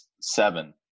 seven